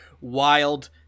wild